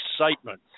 excitement